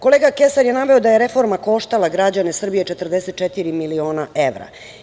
Kolega Kesar je naveo da je reforma koštala građane Srbije 44 miliona evra.